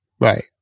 right